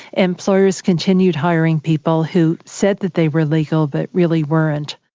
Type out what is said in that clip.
employers continued hiring people who said that they were legal but really weren't.